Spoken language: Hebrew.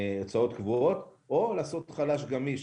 קבועות או לעשות חל"ת גמיש